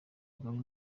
kagame